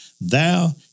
thou